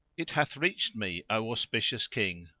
it hath reached me, o auspicious king,